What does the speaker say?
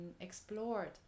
explored